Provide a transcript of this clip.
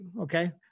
Okay